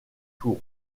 tour